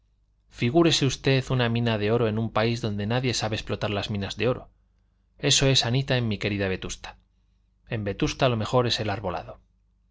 figúrese usted una mina de oro en un país donde nadie sabe explotar las minas de oro eso es anita en mi querida vetusta en vetusta lo mejor es el arbolado